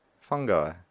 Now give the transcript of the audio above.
Fungi